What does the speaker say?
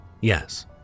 Yes